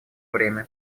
время